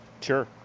Sure